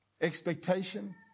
expectation